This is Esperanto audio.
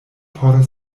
por